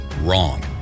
Wrong